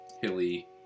hilly